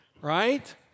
Right